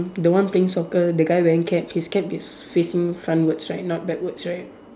the one playing the guy wearing cap his cap is facing frontwards right not backwards right